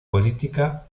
política